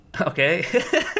Okay